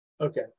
Okay